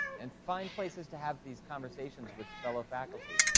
and find places to have these conversations with fellow faculty.